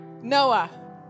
Noah